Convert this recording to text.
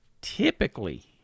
Typically